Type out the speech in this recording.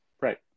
Right